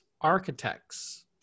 architects